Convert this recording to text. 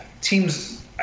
teams